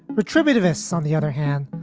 retributive s on the other hand,